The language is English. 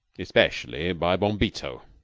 especially by bombito.